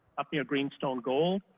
up near greenstone gold,